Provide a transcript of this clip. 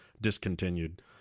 discontinued